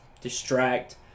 distract